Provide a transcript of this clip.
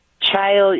child